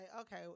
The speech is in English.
okay